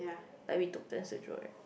like we took turns to dri~